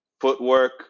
footwork